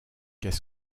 qu’est